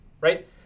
right